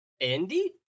Andy